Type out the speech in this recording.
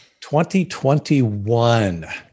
2021